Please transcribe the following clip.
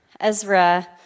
Ezra